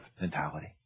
mentality